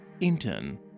Intern